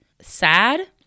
sad